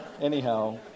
anyhow